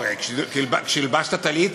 כשהלבשת טלית,